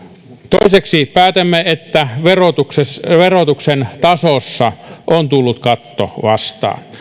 toiseksi päätämme että verotuksen tasossa on tullut katto vastaan